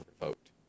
revoked